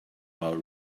while